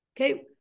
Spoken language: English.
okay